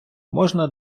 можна